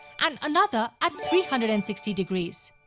and another at three hundred and sixty degrees.